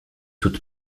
toute